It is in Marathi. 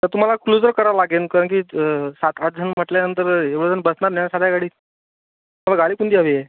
तर तुम्हाला क्लूझर करावं लागेल कारण की सात आठ जण म्हटल्यानंतर एवढे जण बसणार नाही साध्या गाडीत तुम्हाला गाडी कोणती हवी आहे